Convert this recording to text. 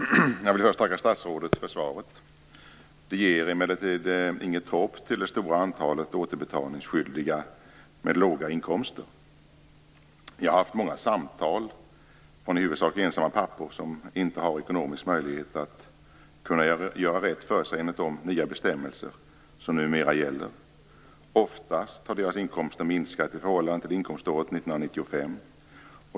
Herr talman! Jag vill först tacka statsrådet för svaret. Det ger emellertid inget hopp till det stora antalet återbetalningsskyldiga med låga inkomster. Jag har haft många samtal med huvudsakligen ensamma pappor som inte har ekonomisk möjlighet att göra rätt för sig enligt de nya bestämmelser som numera gäller. Oftast har deras inkomster minskat i förhållande till inkomståret 1995.